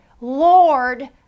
Lord